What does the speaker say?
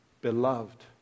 beloved